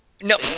no